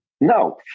no